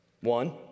One